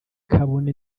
kabone